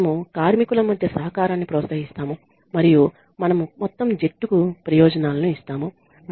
మనము కార్మికుల మధ్య సహకారాన్ని ప్రోత్సహిస్తాము మరియు మనము మొత్తం జట్టుకు ప్రయోజనాలను ఇస్తాము